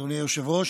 אדוני היושב-ראש.